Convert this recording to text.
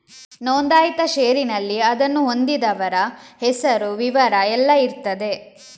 ನೋಂದಾಯಿತ ಷೇರಿನಲ್ಲಿ ಅದನ್ನು ಹೊಂದಿದವರ ಹೆಸರು, ವಿವರ ಎಲ್ಲ ಇರ್ತದೆ